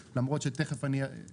גם על זה אני תכף אדבר.